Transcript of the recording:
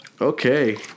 Okay